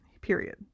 period